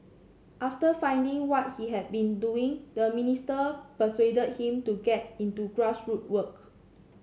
after finding what he had been doing the minister persuaded him to get into grass root work